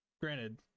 granted